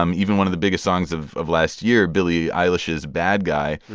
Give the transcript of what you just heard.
um even one of the biggest songs of of last year, billie eilish's bad guy,